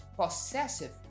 possessive